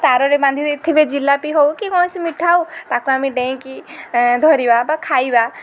ତାରରେ ବାନ୍ଧି ଦେଇଥିବେ ଜିଲାପି ହଉ କି କୌଣସି ମିଠା ହଉ ତାକୁ ଆମେ ଡେଇଁକି ଧରିବା ବା ଖାଇବା